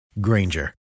Granger